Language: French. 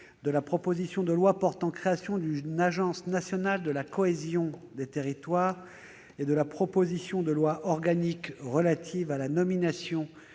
de la proposition de loi portant création d'une Agence nationale de la cohésion des territoires et de la proposition de loi organique relative à la nomination